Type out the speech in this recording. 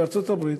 בארצות-הברית,